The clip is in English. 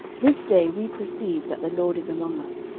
this day we perceive that the lord is among us,